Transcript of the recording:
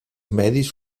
medis